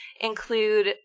include